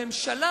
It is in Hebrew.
הממשלה,